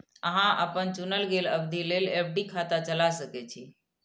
अहां अपन चुनल गेल अवधि लेल एफ.डी खाता चला सकै छी